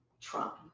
Trump